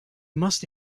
must